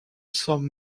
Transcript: some